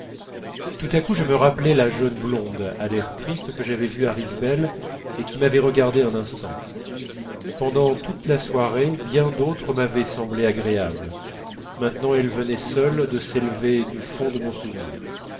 tout à coup je me rappelai la jeune blonde à l'air triste que j'avais vue à rivebelle et qui m'avait regardé un instant pendant toute la soirée bien d'autres m'avaient semblé agréables maintenant elle venait seule de s'élever du fond de mon souvenir